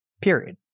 Period